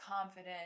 confident